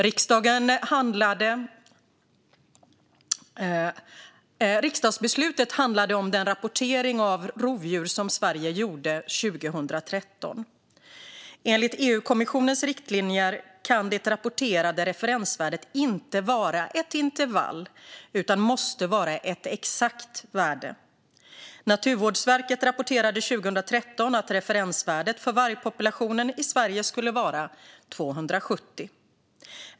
Riksdagsbeslutet handlade om den rapportering av rovdjur som Sverige gjorde 2013. Enligt EU-kommissionens riktlinjer kan det rapporterade referensvärdet inte vara ett intervall utan måste vara ett exakt värde. Naturvårdsverket rapporterade 2013 att referensvärdet för vargpopulationen i Sverige skulle vara 270.